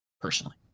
personally